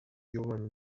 human